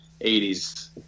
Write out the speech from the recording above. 80s